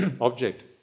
object